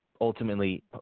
ultimately